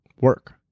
work